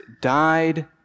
died